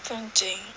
不用紧